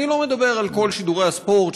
אני לא מדבר על כל שידורי הספורט,